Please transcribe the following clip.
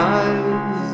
eyes